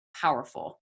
powerful